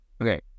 Okay